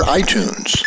iTunes